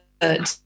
good